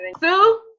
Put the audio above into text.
Sue